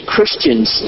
Christians